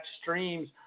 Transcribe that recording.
streams